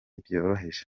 byoroheje